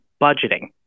budgeting